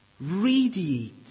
radiate